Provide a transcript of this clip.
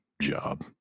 job